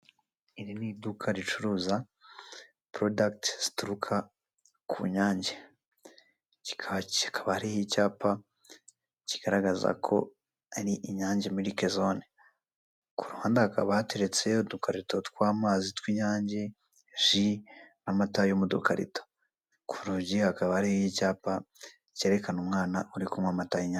Iri ni iduka ricuruza purodakiti zituruka ku nyange, kikaba ari icyapa kigaragaza ko ari Inyange miliki zone. Ku ruhande hakaba hateretse udukarito tw'amazi tw'inyange, ji n'amata yo mu dukarito. Ku rugi hakaba hariho icyapa cyerekana umwana uri kunywa amata y'inyange.